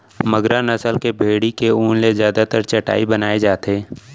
मगरा नसल के भेड़ी के ऊन ले जादातर चटाई बनाए जाथे